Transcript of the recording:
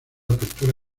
apertura